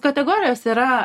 kategorijos yra